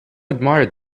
admired